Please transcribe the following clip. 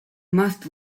must